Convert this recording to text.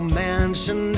mansion